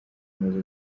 amaze